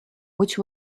which